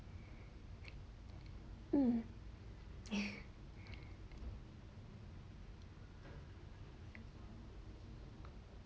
hmm